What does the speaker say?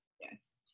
Yes